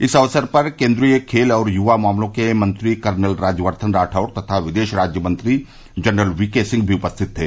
इस अवसर पर केन्द्रीय खेल और युवा मामले के मंत्री कर्नल राज्यवर्द्दन राठौड़ तथा विदेश राज्य मंत्री जनरल वीके सिंह भी उपस्थित थे